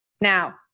Now